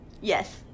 Yes